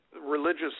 religious